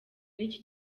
n’iki